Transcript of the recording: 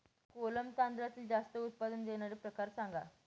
कोलम तांदळातील जास्त उत्पादन देणारे प्रकार सांगा